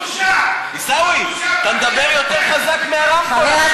זאת בושה, עיסאווי, אתה מדבר יותר חזק מהרמקול